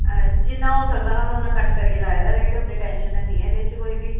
जिन्ना होई सकदा उन्ना घट्ट करियै लाए दा रेट इन्नी टेशंन है नी एहदे च कोई बी